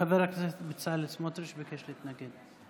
חבר הכנסת בצלאל סמוטריץ' ביקש להתנגד.